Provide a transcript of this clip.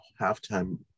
halftime